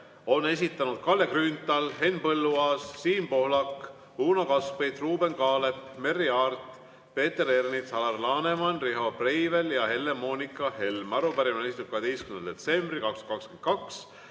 on esitanud Kalle Grünthal, Henn Põlluaas, Siim Pohlak, Uno Kaskpeit, Ruuben Kaalep, Merry Aart, Peeter Ernits, Alar Laneman, Riho Breivel ja Helle-Moonika Helme. Arupärimine on esitatud 12. detsembril 2022,